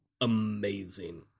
amazing